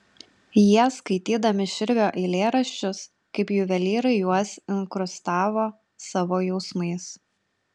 jie skaitydami širvio eilėraščius kaip juvelyrai juos inkrustavo savo jausmais